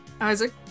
Isaac